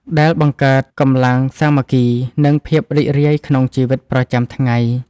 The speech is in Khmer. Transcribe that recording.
ដែលបង្កើតកម្លាំងសាមគ្គី និងភាពរីករាយក្នុងជីវិតប្រចាំថ្ងៃ។